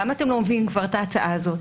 למה אתם לא מביאים כבר את ההצעה הזו?